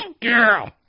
Girl